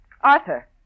Arthur